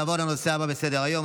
נעבור לנושא הבא שעל סדר-היום,